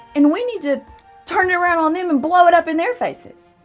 and we need to turn it around on them and blow it up in their faces.